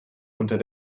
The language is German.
unter